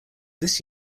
this